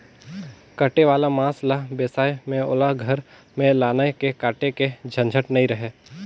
कटे वाला मांस ल बेसाए में ओला घर में लायन के काटे के झंझट नइ रहें